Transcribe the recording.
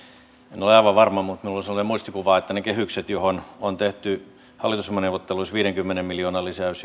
en ole aivan varma mutta minulla on sellainen muistikuva että ne kehykset joihin on tehty hallitusohjelmaneuvotteluissa viidenkymmenen miljoonan lisäys